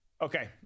Okay